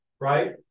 right